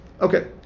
Okay